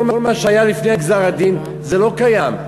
כל מה שהיה לפני גזר-הדין לא קיים.